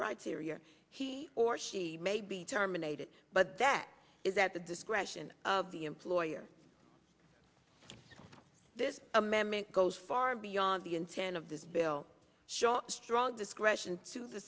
criteria he or she may be terminated but that is at the discretion of the employer this amendment goes far beyond the and fan of this bill shaw strong discretion to the